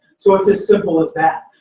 so it's as simple as that.